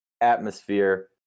atmosphere